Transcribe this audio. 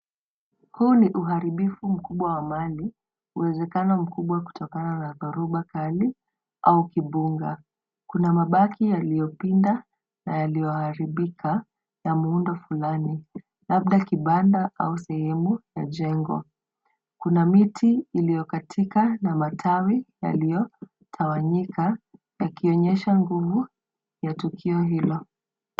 Huu ni uharibifu mkubwa wa mali , uwezekano mkubwa kutokana na dhoruba kali au kibunga. Kuna mabaki yaliyopinda na yaliyoharibika, na muundo fulani, labda kibanda au sehemu ya jengo. Kuna miti iliyokatika na matawi yaliyotawanyika, yakionyesha nguvu ya tukio hilo.